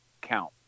count